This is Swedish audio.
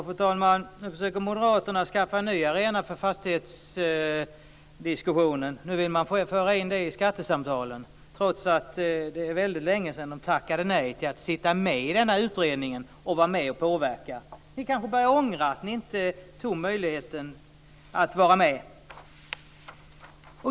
Fru talman! Nu försöker moderaterna skaffa en ny arena för fastighetsdiskussionen. Nu vill de föra in den i skattesamtalen, trots att det är väldigt länge sedan som de tackade nej till att sitta med i denna utredning och vara med och påverka. Ni kanske börjar ångra att ni inte tog möjligheten att vara med.